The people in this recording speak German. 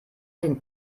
den